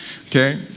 okay